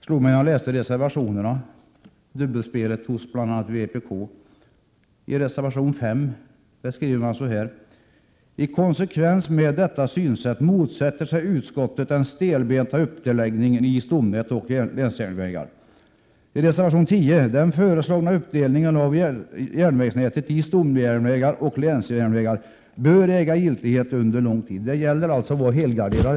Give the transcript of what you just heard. Får jag nu till slut bara säga att dubbelspelet hos vpk slog mig när jag läste reservationerna. I reservation 5 skriver man: ”I konsekvens med detta synsätt motsätter sig utskottet den stelbenta ansvarsindelning av järnvägstrafiken i stomnät och s.k. länsjärnvägar som regeringen föreslår.” I reservation 10 heter det: ”Den föreslagna uppdelningen av järnvägsnätet i stomjärnvägar och länsjärnvägar bör äga giltighet under lång tid ———.” Det gäller att vara helgarderad!